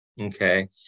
okay